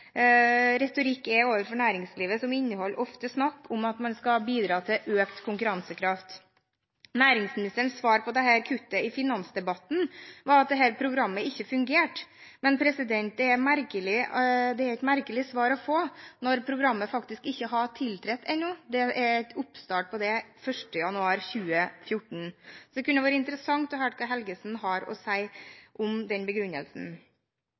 retorikk overfor næringslivet, som ofte inneholder snakk om at man skal bidra til økt konkurransekraft. Næringsministerens svar på dette kuttet i finansdebatten var at dette programmet ikke fungerte. Men det er et merkelig svar å få når programmet faktisk ikke har startet ennå. Det er oppstart av det 1. januar 2014. Det kunne vært interessant å høre hva Helgesen har å si om den begrunnelsen.